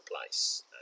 place